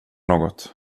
något